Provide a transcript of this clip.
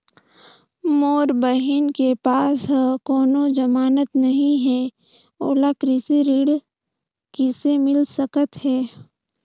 मोर बहिन के पास ह कोनो जमानत नहीं हे, ओला कृषि ऋण किसे मिल सकत हे?